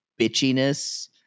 bitchiness